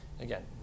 Again